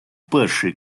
перший